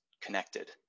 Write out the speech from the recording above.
connected